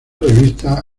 revista